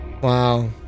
Wow